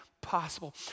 possible